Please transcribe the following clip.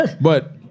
but-